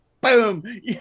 Boom